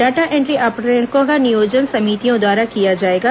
data entry ऑपरेटरों का नियोजन समितियों द्वारा किया जाएगा